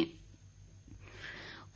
रक्तदान